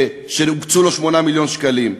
שהוקצו לו 8 מיליון שקלים.